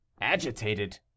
agitated